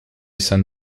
san